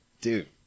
dude